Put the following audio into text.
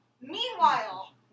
Meanwhile